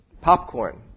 Popcorn